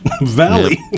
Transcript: valley